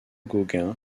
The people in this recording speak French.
gauguin